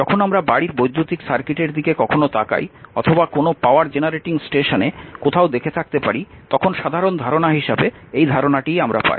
যখন আমরা আমাদের বাড়ির বৈদ্যুতিক সার্কিটের দিকে কখনও তাকাই অথবা কোনও পাওয়ার জেনারেটিং স্টেশনে কোথাও দেখে থাকতে পারি তখন সাধারণ ধারণা হিসাবে এই ধারণাটিই আমরা পাই